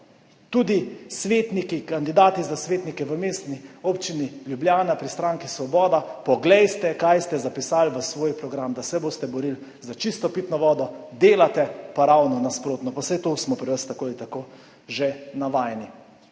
kandidati za svetnike v Mestni občini Ljubljana pri stranki Svoboda, poglejte, kaj ste zapisali v svoj program, da se boste borili za čisto pitno vodo, delate pa ravno nasprotno. Pa saj tega smo pri vas tako ali tako že vajeni.